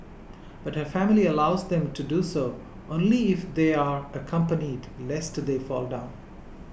but her family allows them to do so only if they are accompanied lest they fall down